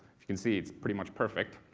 you can see, it's pretty much perfect.